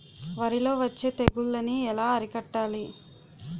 వరిలో వచ్చే తెగులని ఏలా అరికట్టాలి?